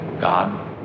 God